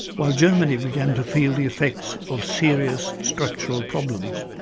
while germany began to feel the effects of serious structural problems.